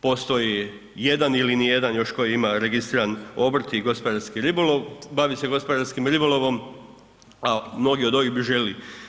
Postoji jedan ili nijedan još tko ima registriran obrt i gospodarski ribolov, bavi se gospodarskim ribolovom, a mnogi od ovih bi željeli.